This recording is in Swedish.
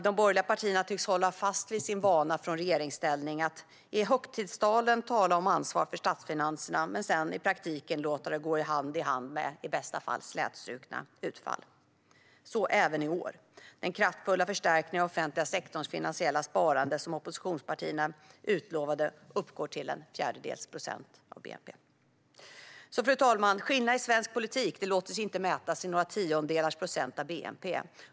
De borgerliga partierna tycks hålla fast vid sin vana från tiden i regeringsställning att i högtidstalen tala om ansvar för statsfinanserna men i praktiken låta detta gå hand i hand med i bästa fall slätstrukna utfall. Så även i år. Den kraftfulla förstärkning av den offentliga sektorns finansiella sparande som oppositionspartierna utlovade uppgår till en fjärdedels procent av bnp. Fru talman! Skillnaderna i svensk politik låter sig inte mätas i några tiondelars procent av bnp.